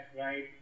right